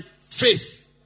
faith